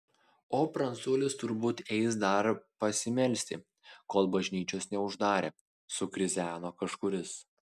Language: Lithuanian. o pranculis turbūt eis dar pasimelsti kol bažnyčios neuždarė sukrizeno kažkuris